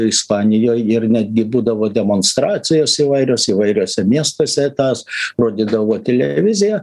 ispanijoj ir netgi būdavo demonstracijos įvairios įvairiuose miestuose tas rodydavo televizija